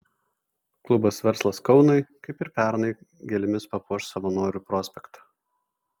klubas verslas kaunui kaip ir pernai gėlėmis papuoš savanorių prospektą